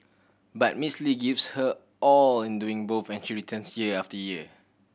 but Miss Lee gives her all in doing both and she returns year after year